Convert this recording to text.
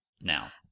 now